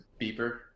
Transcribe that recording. beeper